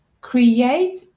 create